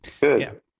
Good